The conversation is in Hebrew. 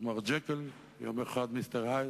ד"ר ג'קיל, יום אחד מיסטר הייד.